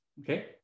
Okay